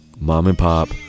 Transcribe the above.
mom-and-pop